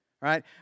right